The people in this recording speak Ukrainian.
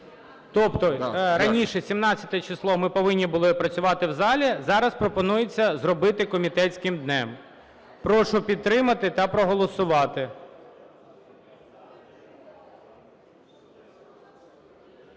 Тобто раніше 17 число ми повинні були працювати в залі, зараз пропонується зробити комітетським днем. Прошу підтримати та проголосувати.